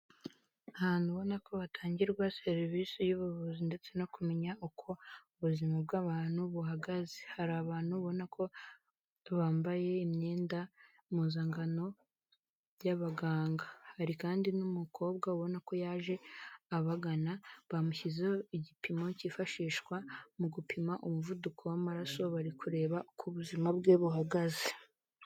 Ahantu ubona ko hatangirwa serivise y'ubuvuzi ndetse no kumenya uko ubuzima bw'abantu buhagaze hari abantu ubona ko bambaye imyenda mpuzangano y'abaganga, hari kandi n'umukobwa ubona ko yaje abagana, bamushyizeho igipimo kifashishwa mu gupima umuvuduko w'amaraso, bari kureba uko bu ubuzima bwe buhagaze.